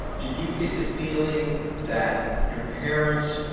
did you get the feeling that your parents